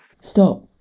Stop